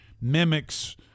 mimics